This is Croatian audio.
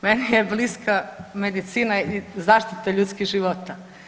Meni je bliska medicina i zaštita ljudskih života.